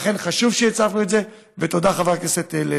לכן חשוב שהצפנו את זה, ותודה, חבר הכנסת לוי.